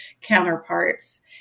counterparts